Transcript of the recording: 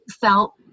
felt